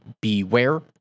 beware